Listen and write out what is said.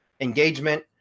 engagement